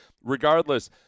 Regardless